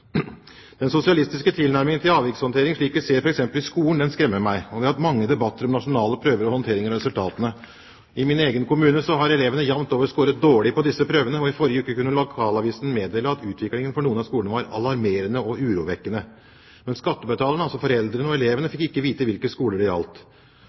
Den sosialistiske tilnærmingen til avvikshåndtering slik vi f.eks. ser i skolen, skremmer meg. Vi har hatt mange debatter om nasjonale prøver og håndtering av resultatene. I min egen kommune har elevene jevnt over skåret dårlig på disse prøvene, og i forrige uke kunne lokalavisen meddele at utviklingen for noen av skolene var alarmerende og urovekkende. Men skattebetalerne, altså foreldrene, og elevene